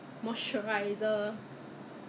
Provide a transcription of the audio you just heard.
the cotton bud they use is you know is very